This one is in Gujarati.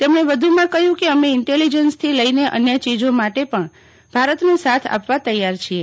તેમણે વધુમાં કહ્યું કે અમે ઈન્ટેલિજન્સથી લઈને અન્ય ચીજો માટે પણ ભારતનો સાથ આપવા તૈયાર છીએ